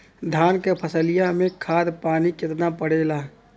धान क फसलिया मे खाद पानी कितना पड़े ला?